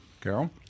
Carol